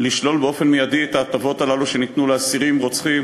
לשלול באופן מיידי את ההטבות הללו שניתנו לאסירים רוצחים